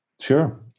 Sure